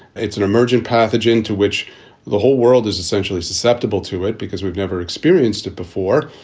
it's an emergent pathogen to which the whole world is essentially susceptible to it because we've never experienced it before.